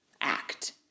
act